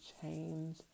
change